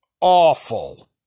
awful